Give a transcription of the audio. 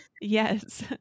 Yes